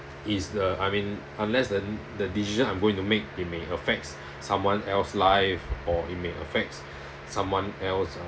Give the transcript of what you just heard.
is the I mean unless than the decision I'm going to make it may affects someone else life or it may affects someone else ah